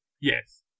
yes